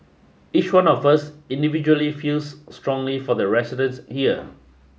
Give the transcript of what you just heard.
each one of us individually feels strongly for the residence here